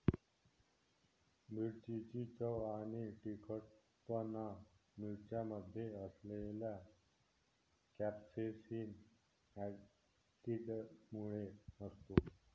मिरचीची चव आणि तिखटपणा मिरच्यांमध्ये असलेल्या कॅप्सेसिन ऍसिडमुळे असतो